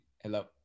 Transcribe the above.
hello